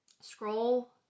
scroll